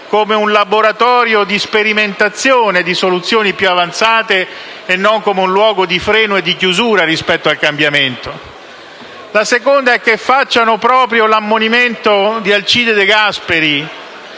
come un laboratorio di sperimentazione di soluzioni più avanzate e non come un luogo di freno e di chiusura rispetto al cambiamento. La seconda è che facciano proprio l'ammonimento di Alcide De Gasperi,